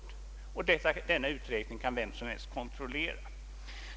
Denna uträkning kan vem som helst kontrollera.